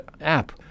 app